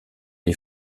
les